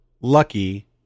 lucky